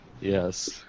Yes